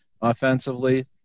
offensively